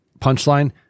punchline